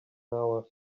hour